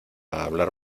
hablar